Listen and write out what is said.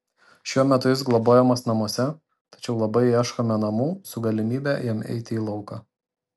šiuo metu jis globojamas namuose tačiau labai ieškome namų su galimybe jam eiti į lauką